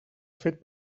fet